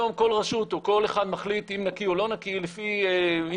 היום כל רשות או כל אחד מחליט אם נקי או נקי לפי אינטואיציה.